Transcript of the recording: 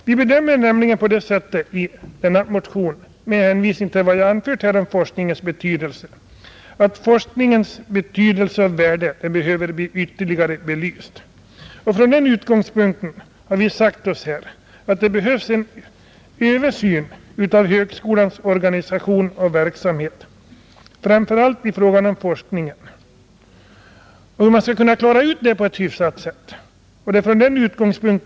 Vi bedömer det nämligen på det sättet, med hänvisning till vad jag här har anfört, att forskningens betydelse bör bli ytterligare belyst. Från den utgångspunkten har vi sagt oss att det behövs en översyn av högskolans organisation och verksamhet, framför allt i fråga om forskningen och hur man skall kunna klara den på ett hyfsat sätt.